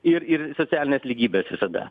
ir ir socialinės lygybės visada